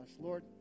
Lord